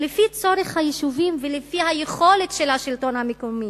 לפי צורך היישובים ולפי היכולת של השלטון המקומי,